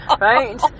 Right